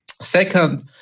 Second